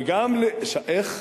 וגם, שמאלוב.